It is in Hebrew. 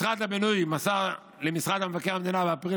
משרד הבינוי מסר למשרד מבקר המדינה באפריל